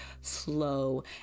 slow